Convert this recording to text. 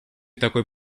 такой